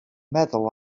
meddwl